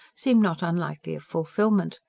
seemed not unlikely of fulfilment.